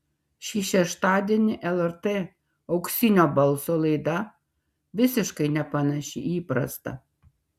šį šeštadienį lrt auksinio balso laida visiškai nepanaši į įprastą